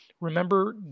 remember